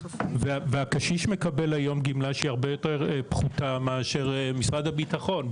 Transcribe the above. והקשיש מקבל היום גמלה שהיא הרבה יותר פחותה מזו של משרד הביטחון.